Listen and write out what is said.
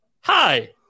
hi